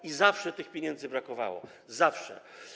I zawsze tych pieniędzy brakowało - zawsze.